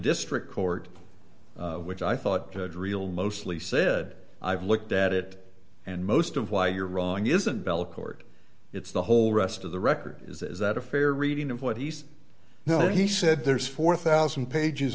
district court which i thought had real mostly said i've looked at it and most of why you're wrong isn't bellecourt it's the whole rest of the record is that a fair reading of what he's now he said there's four thousand pages